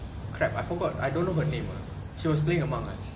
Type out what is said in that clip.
crap I forgot I don't know her name she was playing among us